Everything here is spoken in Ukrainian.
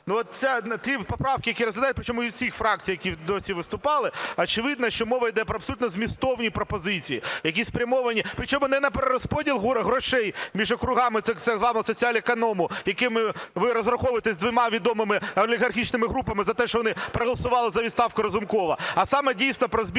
Ну, от ті поправок, які розглядають, причому від всіх фракцій, які досі виступали, очевидно, що мова йде про абсолютно змістовні пропозиції, які спрямовані, причому не на перерозподіл грошей між округами цих … (Не чути) соціалеконому, якими ви розраховуєтесь з двома відомими олігархічними групами за те, що вони проголосували за відставку Разумкова. А саме, дійсно, про збільшення